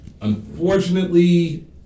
unfortunately